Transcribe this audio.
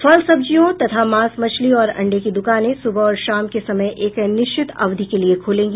फल सब्जियों तथा मांस मछली और अंडे की दुकानें सुबह और शाम के समय एक निश्चित अवधि के लिए खूलेंगी